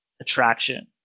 attraction